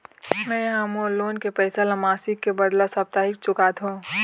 में ह मोर लोन के पैसा ला मासिक के बदला साप्ताहिक चुकाथों